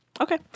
Okay